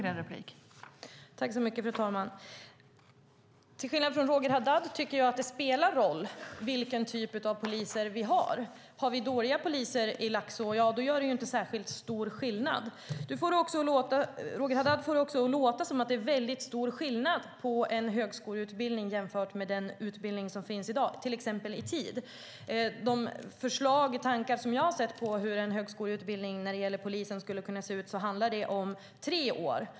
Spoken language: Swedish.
Fru talman! Till skillnad från Roger Haddad tycker jag att det spelar roll vilken typ av poliser vi har. Har vi dåliga poliser i Laxå gör det ju inte särskilt stor skillnad. Roger Haddad får det att låta som om det är stor skillnad mellan en högskoleutbildning och den utbildning som finns i dag, till exempel i tid. De förslag jag sett på hur en högskoleutbildning för poliser skulle kunna se ut handlar om tre år.